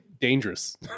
dangerous